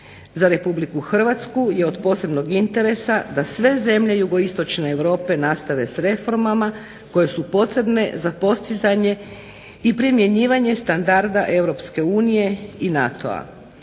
Za RH je od posebnog interesa da sve zemlje Jugoistočne Europe nastave s reformama koje su potrebne za postizanje i primjenjivanje standarda EU i NATO-a.